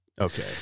Okay